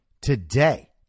Today